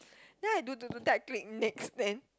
then I do do do then I click next then